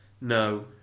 no